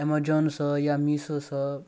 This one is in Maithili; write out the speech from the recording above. एमेजन सऽ या मिसो सऽ